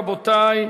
רבותי,